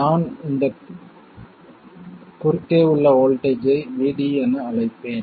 நான் இந்த குறுக்கே உள்ள வோல்ட்டேஜ் ஐ VD என அழைப்பேன்